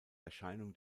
erscheinung